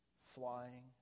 flying